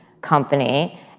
company